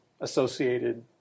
associated